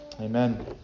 Amen